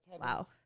Wow